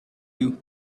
you